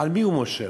על מי הוא מושל?